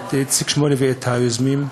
את איציק שמולי ואת היוזמים.